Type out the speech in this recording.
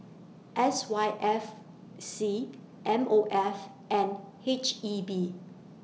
S Y F C M O F and H E B